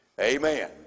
amen